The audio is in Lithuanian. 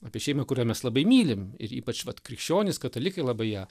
apie šeimą kurią mes labai mylim ir ypač vat krikščionys katalikai labai ją